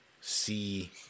see